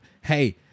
Hey